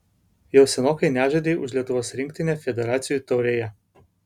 jau senokai nežaidei už lietuvos rinktinę federacijų taurėje